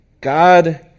God